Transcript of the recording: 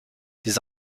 des